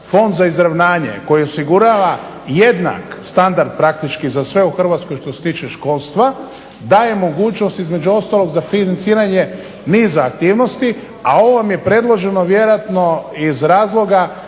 Fond za izravnanje koji osigurava jednak standard praktički za sve u Hrvatskoj što se tiče školstva daje mogućnost između ostalog za financiranje niza aktivnosti, a ovo vam je predloženo vjerojatno iz razloga